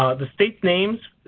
the state names,